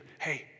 hey